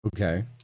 Okay